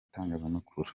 itangazamakuru